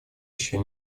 еще